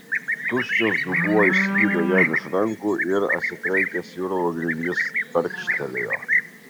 tuščias dubuo išslydo jam iš rankų ir atsitrenkęs į urvo grindis tarkštelėjo